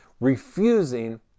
refusing